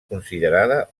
considerada